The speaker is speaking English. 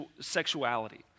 sexuality